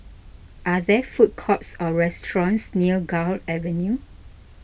are there food courts or restaurants near Gul Avenue